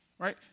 Right